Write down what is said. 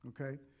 Okay